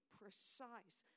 precise